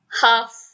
half